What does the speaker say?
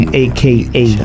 aka